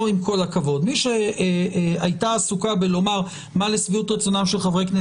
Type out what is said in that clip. מי שהייתה עסוקה בלומר מה לשביעות רצונם או לא,